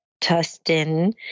Tustin